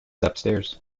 upstairs